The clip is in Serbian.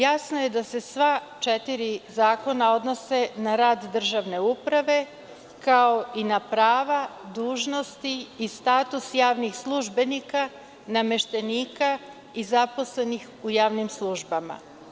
Jasno je da se sva četiri zakona odnose na rad državne uprave, kao i na prava, dužnosti i status javnih službenika, nameštenika i zaposlenih u javnim službama.